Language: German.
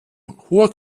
hoher